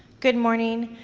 good morning.